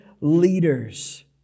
leaders